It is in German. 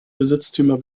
besitztümer